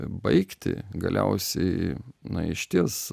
baigtį galiausiai na išties